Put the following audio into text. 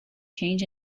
change